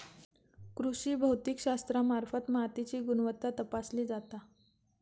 कृषी भौतिकशास्त्रामार्फत मातीची गुणवत्ता तपासली जाता